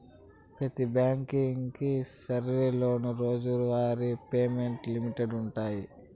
పెతి బ్యాంకింగ్ సర్వీసులోనూ రోజువారీ పేమెంట్ లిమిట్స్ వుండాయి